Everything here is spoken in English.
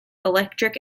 electric